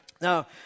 Now